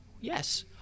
Yes